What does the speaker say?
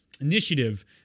Initiative